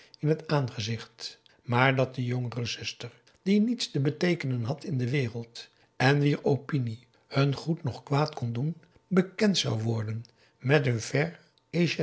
in het aangezicht maar dat de jongere zuster die niets te beteekenen had in de wereld en wier opinie hun goed noch kwaad kon doen bekend zou worden met hun